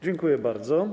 Dziękuję bardzo.